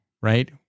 right